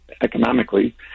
economically